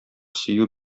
сөю